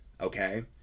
okay